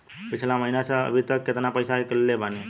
पिछला महीना से अभीतक केतना पैसा ईकलले बानी?